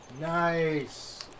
Nice